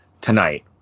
tonight